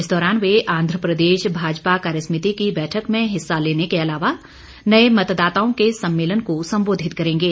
इस दौरान वे आन्ध्र प्रदेश भाजपा कार्य समिति की बैठक में हिस्सा लेने के अलावा नए मतदाताओं के सम्मेलन को सम्बोधित करेंगे